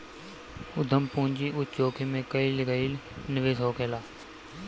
उद्यम पूंजी उच्च जोखिम में कईल गईल निवेश होखेला